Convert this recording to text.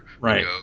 Right